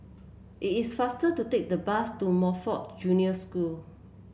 it is faster to take the bus to Montfort Junior School